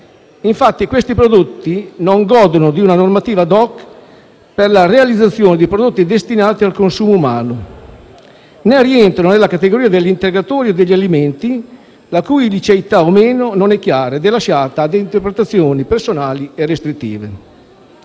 infatti, questi prodotti non godono di una normativa *ad hoc* per la realizzazione di prodotti destinati al consumo umano, né rientrano nella categoria degli integratori o degli alimenti, la cui liceità o meno non è chiara ed è lasciata ad interpretazioni personali e restrittive.